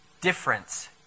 difference